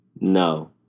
no